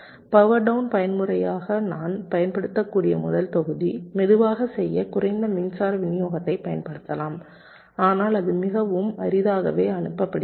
power down பயன்முறையாக நான் பயன்படுத்தக்கூடிய முதல் தொகுதி மெதுவாகச் செய்ய குறைந்த மின்சார விநியோகத்தைப் பயன்படுத்தலாம் ஆனால் அது மிகவும் அரிதாகவே அணுகப்படுகிறது